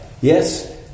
Yes